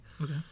Okay